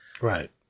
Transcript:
Right